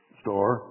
store